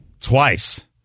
Twice